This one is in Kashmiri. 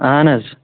اَہَن حظ